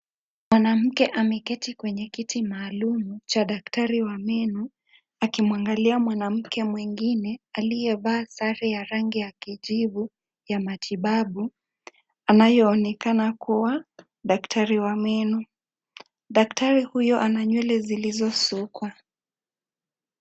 Mwanamke ameketi kwenye kiti maalumu cha daktari wa meno akimwangalia mwanamke mwingine aliyevaa sare ya rangi ya kijivu ya matibabu anayeonekana kuwa daktari wa meno . Daktari huyo ana nywele zilizosukwa.